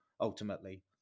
ultimately